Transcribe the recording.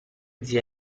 zia